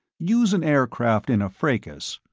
use an aircraft in a fracas,